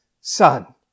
son